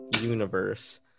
universe